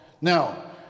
Now